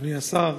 אדוני השר,